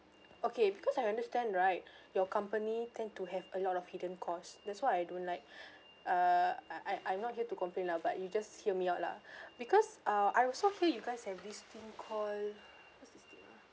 okay because I understand right your company tend to have a lot of hidden cost that's what I don't like uh I I I'm not here to complain lah but you just hear me out lah because ah I also hear you guys have this thing called what's this thing ah